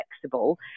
flexible